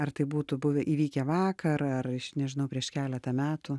ar tai būtų buvę įvykę vakar ar iš nežinau prieš keletą metų